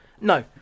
no